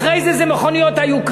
אחרי זה זה מכוניות היוקרה.